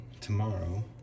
tomorrow